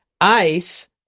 ICE